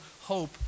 hope